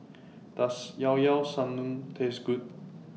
Does Llao Llao Sanum Taste Good